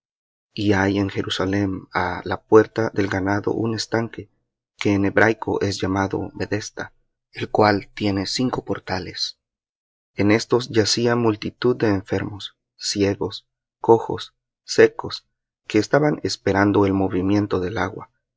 y hay en jerusalem á del ganado un estanque que en hebraico es llamado bethesda el cual tiene cinco portales en éstos yacía multitud de enfermos ciegos cojos secos que estaban esperando el movimiento del agua